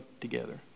together